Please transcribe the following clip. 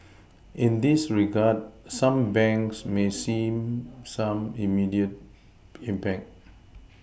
in this regard some banks may see some immediate impact